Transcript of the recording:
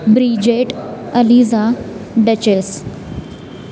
Bridget Aliza duchess